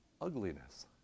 ugliness